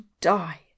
die